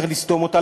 צריך לסתום אותה,